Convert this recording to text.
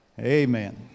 Amen